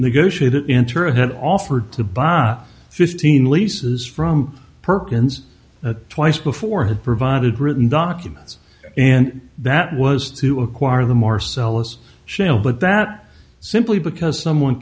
negotiated interim had offered to buy fifteen leases from perkins twice before had provided written documents and that was to acquire the marcellus shale but that simply because someone